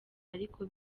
ariko